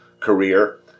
career